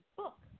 book